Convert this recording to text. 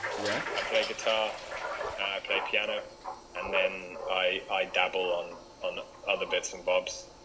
yeah, i play guitar. i play piano and then i idle on on other bits and bobs